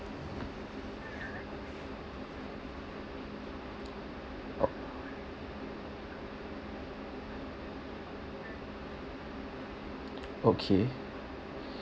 okay